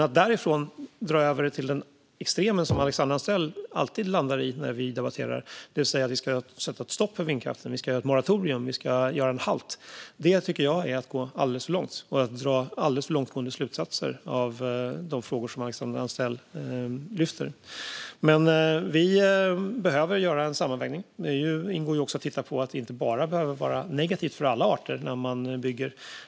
Att därifrån dra över det till extremen som Alexandra Anstrell alltid landar i när vi debatterar, det vill säga att vi ska sätta ett stopp för vindkraftverken, göra ett moratorium och göra halt, tycker jag är att gå alldeles för långt. Det är att dra alldeles för långtgående slutsatser av de frågor som Alexandra Anstrell lyfter fram. Vi behöver göra en sammanvägning. Där ingår också att titta på att det inte bara behöver vara negativt för alla arter när man bygger.